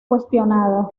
cuestionada